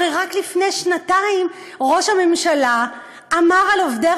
הרי רק לפני שנתיים ראש הממשלה אמר על עובדי